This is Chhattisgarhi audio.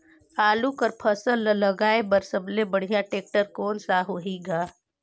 आलू कर फसल ल लगाय बर सबले बढ़िया टेक्टर कोन सा होही ग?